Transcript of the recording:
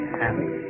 happy